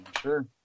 Sure